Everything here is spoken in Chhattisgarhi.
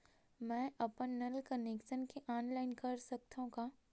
मैं अपन नल कनेक्शन के ऑनलाइन कर सकथव का?